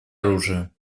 оружие